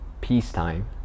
peacetime